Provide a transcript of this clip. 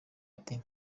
ati